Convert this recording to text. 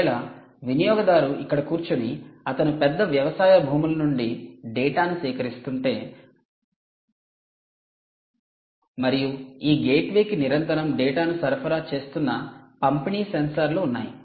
ఒకవేళ వినియోగదారు ఇక్కడ కూర్చుని అతను పెద్ద వ్యవసాయ భూముల నుండి డేటాను సేకరిస్తుంటే మరియు ఈ గేట్వేకి నిరంతరం డేటాను సరఫరా చేస్తున్న పంపిణీ సెన్సార్లు ఉన్నాయి